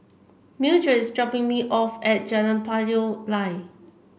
mildred is dropping me off at Jalan Payoh Lai